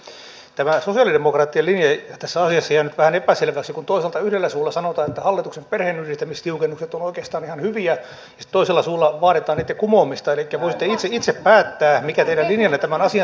tämä sosialidemokraattien linja tässä asiassa on jäänyt vähän epäselväksi kun toisaalta yhdellä suulla sanotaan että hallituksen perheenyhdistämistiukennukset ovat oikeastaan ihan hyviä ja sitten toisella suulla vaaditaan niitten kumoamista elikkä voisitte itse päättää mikä teidän linjanne tämän asian suhteen on